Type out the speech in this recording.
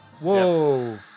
Whoa